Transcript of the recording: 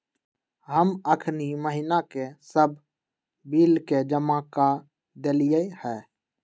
हम अखनी महिना के सभ बिल के जमा कऽ देलियइ ह